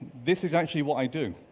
this is actually what i do.